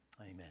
Amen